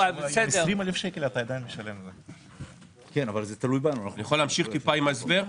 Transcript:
אני יכול להמשיך טיפה עם ההסבר?